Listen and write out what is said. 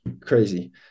crazy